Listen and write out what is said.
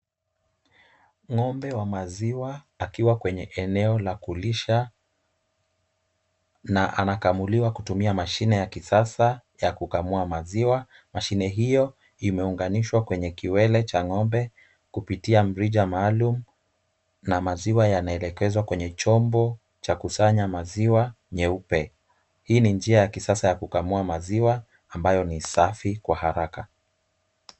Ngo'mbe wa maziwa akiwa kwenye eneo la kulisha na anakamuliwa kutumia mashine ya kisasa ya kukamua maziwa. Mashine hio imeunganishwa kwenye kiwele cha ngo'mbe kupitia mrija maalum na maziwa yanaelekezwa kwenye chombo cha kusanya maziwa nyeupe. Hii ni njia ya kisasa ya kukamua maziwa ambayo ni safi kwa haraka.